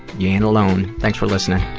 you ain't alone. thanks for listening